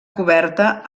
coberta